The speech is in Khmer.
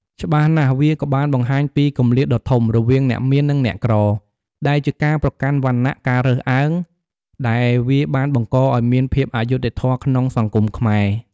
ច្បាស់ណាស់វាក៏បានបង្ហាញពីគម្លាតដ៏ធំ រវាងអ្នកមាន និងអ្នកក្រ ដែលជាការប្រកាន់វណ្ណះ ការរើសអើង ដែលវាបានបង្កឱ្យមានភាពអយុត្តិធម៌ក្នុងសង្គមខ្មែរ ។